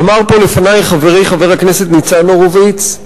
אמר פה לפני חברי חבר הכנסת ניצן הורוביץ,